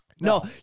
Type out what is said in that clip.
No